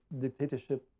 dictatorship